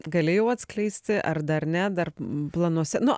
gali jau atskleisti ar dar ne dar planuose nu